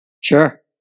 Sure